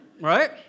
Right